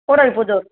Koodalpudur